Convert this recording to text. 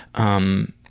um,